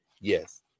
Yes